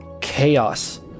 chaos